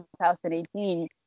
2018